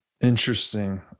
Interesting